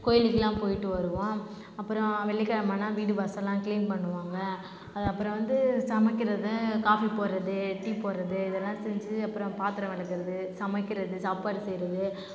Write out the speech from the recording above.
கோயிலுக்கெலாம் போயிட்டு வருவோம் அப்புறம் வெள்ளிக்கிழமன்னா வீடு வாசல்லாம் கிளீன் பண்ணுவாங்க அது அப்புறம் வந்து சமைக்கிறது காபி போடுகிறது டீ போடுகிறது இதெல்லாம் செஞ்சு அப்றம் பாத்திரம் விளக்குறது சமைக்கிறது சாப்பாடு செய்கிறது